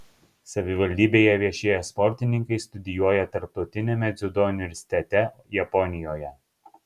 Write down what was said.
savivaldybėje viešėję sportininkai studijuoja tarptautiniame dziudo universitete japonijoje